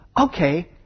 okay